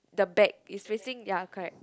the back is facing ya correct